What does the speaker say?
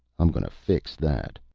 i'm gonna fix that!